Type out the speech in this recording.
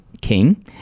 king